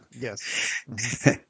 Yes